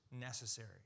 necessary